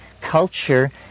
culture